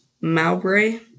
Mowbray